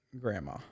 grandma